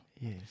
Yes